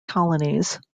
colonies